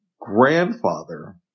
grandfather